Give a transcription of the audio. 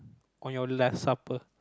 on your last supper